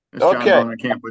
Okay